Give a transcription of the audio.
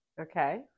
okay